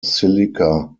silica